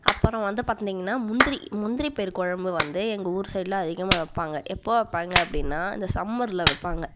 அப்புறம் வந்து பார்த்தீங்கன்னா முந்திரி முந்திரி பயிறு குழம்பு வந்து எங்கள் ஊர் சைடில் அதிகமாக வைப்பாங்க எப்போ வைப்பாங்க அப்படின்னா இந்த சம்மரில் வைப்பாங்க